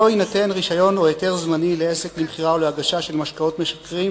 לא יינתן רשיון או היתר זמני לעסק למכירה או להגשה של משקאות משכרים,